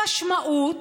המשמעות,